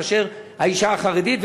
מאשר האישה החרדית.